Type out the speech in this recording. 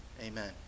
Amen